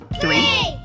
three